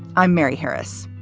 i'm mary harris.